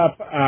up